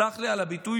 סלח לי על הביטוי,